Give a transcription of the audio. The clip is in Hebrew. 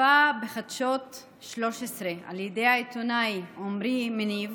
נחשפה בחדשות 13 על ידי העיתונאי עמרי מניב